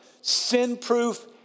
sin-proof